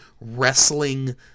wrestling